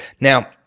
Now